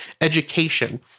Education